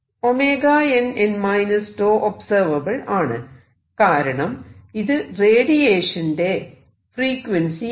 nn τ observable ആണ് കാരണം ഇത് റേഡിയേഷന്റെ ഫ്രീക്വൻസിയാണ്